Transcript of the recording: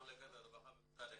יש מחלקת רווחה במשרד הקליטה.